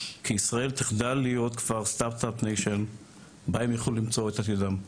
כי ישראל תחדל להיות כבר סטארט-אפ ניישן בה הם יוכלו למצוא את עתידם.